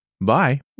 Bye